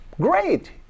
Great